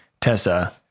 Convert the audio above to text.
Tessa